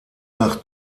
nach